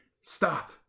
stop